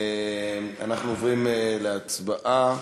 אנחנו עוברים להצבעה.